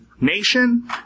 nation